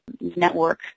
network